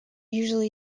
usually